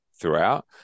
throughout